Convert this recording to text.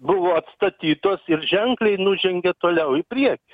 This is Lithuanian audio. buvo atstatytos ir ženkliai nužengė toliau į priekį